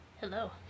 Hello